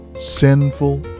sinful